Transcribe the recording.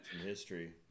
history